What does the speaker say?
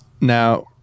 now